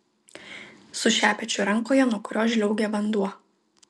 su šepečiu rankoje nuo kurio žliaugia vanduo